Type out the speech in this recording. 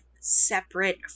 separate